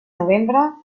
novembre